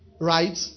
Right